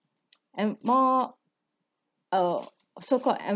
and more uh so called